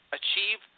achieve